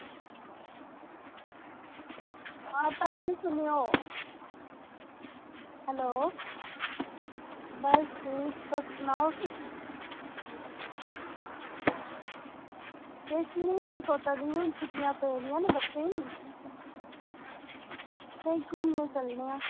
भापा जी सुनओ हैलो बस ठीक तुस सनाओ तुस नी इन्ना सोचा दे छुट्टियां पेदियां न बच्चें ई कुदै घुम्मनै गी चलने आं